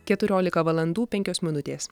keturiolika valandų penkios minutės